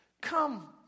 Come